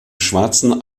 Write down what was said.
schwarzen